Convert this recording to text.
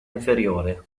inferiore